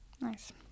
nice